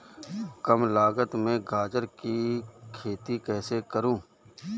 कम लागत में गाजर की खेती कैसे करूँ?